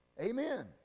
Amen